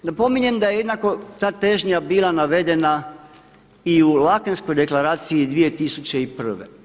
Napominjem da je jednako ta težnja bila navedena i u Leakenskoj deklaraciji 2001.